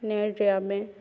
ନେଟ୍ରେ ଆମେ